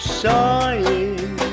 sighing